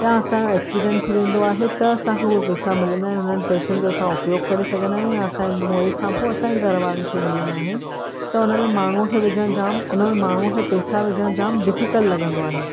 या असांजो एक्सीडेंट थी वेंदो आहे त असांखे हूअ पैसा मिलंदा आहिनि हुननि पैसो जो उपयोगु करे सघंदा आहियूं या असांजे मोए खां पोइ असांजे घरु वारनि खे मिलंदा आहिनि त हुनमें माण्हू खे विझण जाम त हुनमें माण्हू खे पैसा विझण जाम डिफिकल्ट लॻंदो आहे